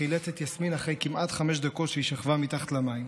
חילץ את יסמין אחרי כמעט חמש דקות שהיא שכבה מתחת למים.